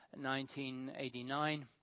1989